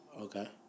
okay